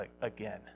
again